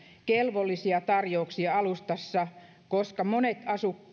kelvollisia tarjouksia alustassa koska monet